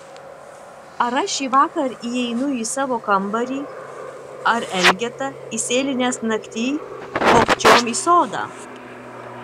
ar aš šįvakar įeinu į savo kambarį ar elgeta įsėlinęs naktyj vogčiom į sodą